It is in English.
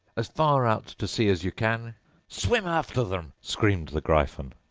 as far out to sea as you can swim after them screamed the gryphon.